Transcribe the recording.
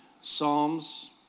Psalms